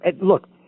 Look